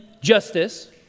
justice